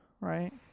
right